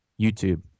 YouTube